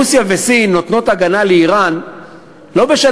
רוסיה וסין נותנות הגנה לאיראן לא בשל